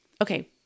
Okay